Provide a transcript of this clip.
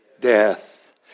death